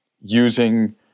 using